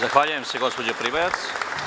Zahvaljujem se gospođo Pribojac.